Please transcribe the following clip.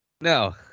No